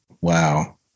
wow